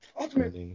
ultimate